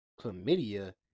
chlamydia